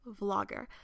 vlogger